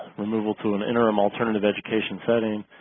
removal to an interim alternative education setting.